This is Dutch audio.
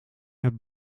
het